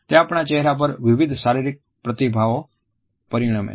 તે આપણા ચહેરા પર વિવિધ શારીરિક પ્રતિભાવોમાં પરિણમે છે